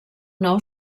nou